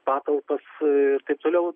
patalpas ir taip toliau